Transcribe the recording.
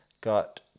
got